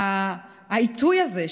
העיתוי הזה,